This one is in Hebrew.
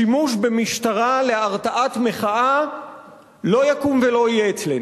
שימוש במשטרה להרתעת מחאה לא יקום ולא יהיה אצלנו.